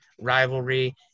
rivalry